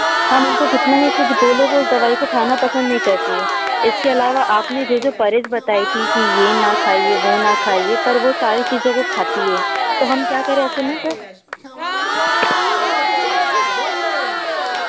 हम उनको कितना ही कुछ बोलें वह दवाई को खाना पसंद नहीं करती हैं इसके अलावा आपने जो जो पहरेज़ बताई थी कि यह न खाईए वह न खाईए पर वो सारी चीजों को खाती हैं तो हम क्या करें ऐसे में सर